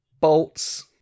bolts